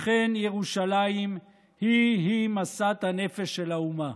אכן, ירושלים היא היא משאת הנפש של האומה.